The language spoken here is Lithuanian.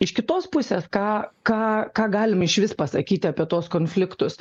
iš kitos pusės ką ką ką galim išvis pasakyti apie tuos konfliktus